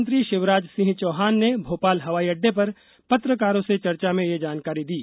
मुख्यमंत्री शिवराज सिंह चौहान ने भोपाल हवाईअड्डे पर पत्रकारों से चर्चा में ये जानकारी दी